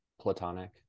Platonic